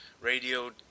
radio